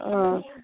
ও